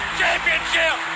championship